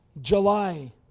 July